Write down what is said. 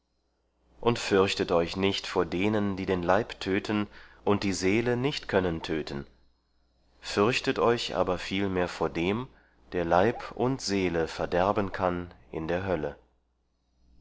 und fürchtet euch nicht vor denen die den leib töten und die seele nicht können töten fürchtet euch aber vielmehr vor dem der leib und seele verderben kann in der hölle